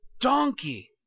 donkey